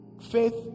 Faith